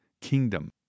kingdom